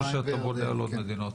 או שאתה בונה על עוד מדינות?